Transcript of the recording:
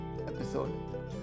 episode